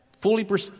fully